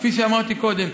כפי שאמרתי קודם.